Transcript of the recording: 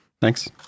Thanks